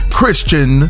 Christian